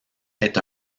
est